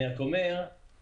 אני רק אומר שכרגע,